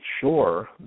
sure